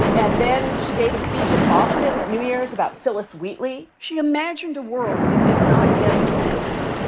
and then she gave a speech in boston new year's about phillis wheatley. she imagined a world that did not yet exist,